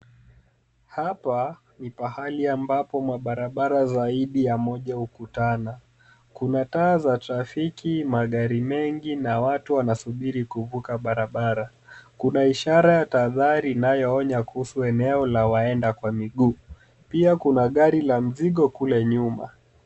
Hapa ni pahali ambapo mabarabara zaidi ya moja hukutana. Kuna taa za trafiki, magari mengi na watu wanasubiri kuvuka barabara. Kuna ishara ya tahadhari inayoonya eneo la waenda kwa miguu, pia kuna gari la mzigo kule nyuma.